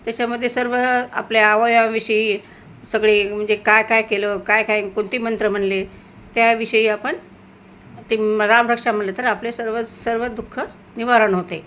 त्याच्यामध्ये सर्व आपल्या अवयवाविषयी सगळे म्हणजे काय काय केलं काय काय कोणती मंत्र म्हटले त्याविषयी आपण ते रामरक्षा म्हटलं तर आपले सर्व सर्व दुःख निवारण होते